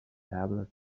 tablet